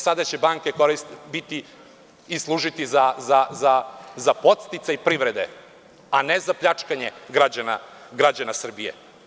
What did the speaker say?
Sada će banke koristiti i služiti za podsticaj privrede, a ne za pljačkanje građana Srbije.